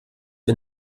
wir